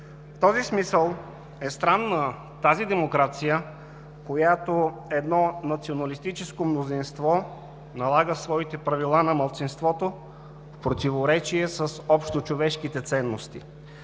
този смисъл е странна тази демокрация, в която едно националистическо мнозинство налага своите правила на малцинството в противоречие с общочовешките ценности,